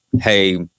Hey